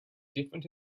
different